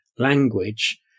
language